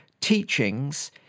teachings